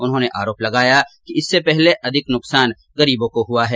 उन्होंने आरोप लगाया कि इससे सबसे अधिक नुकसान गरीब लोगों को हुआ है